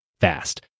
fast